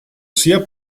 sia